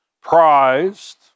prized